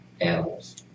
animals